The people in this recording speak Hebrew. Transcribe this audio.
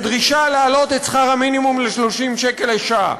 בדרישה להעלות את שכר המינימום ל-30 שקל לשעה.